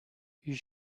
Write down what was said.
you